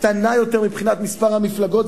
קטנה יותר מבחינת מספר המפלגות,